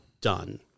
done